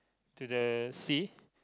to the sea